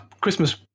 Christmas